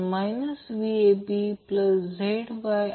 हे Zy दिले आहे आणि Vab देखील दिले आहे